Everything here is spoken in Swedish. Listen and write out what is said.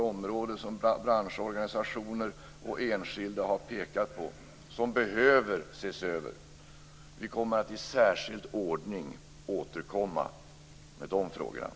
Branschorganisationer och enskilda har pekat på område efter område som behöver ses över. Vi återkommer till dessa frågor i särskild ordning.